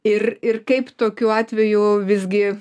ir ir kaip tokiu atveju visgi